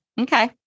okay